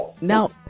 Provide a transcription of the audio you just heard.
Now